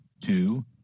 two